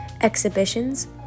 exhibitions